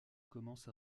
commence